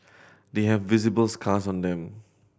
they have visible scars on them